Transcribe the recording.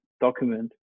document